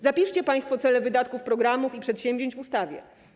Zapiszcie państwo cele wydatków, programów i przedsięwzięć w ustawie.